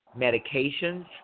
medications